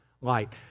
light